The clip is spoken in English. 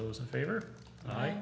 those in favor i